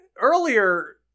earlier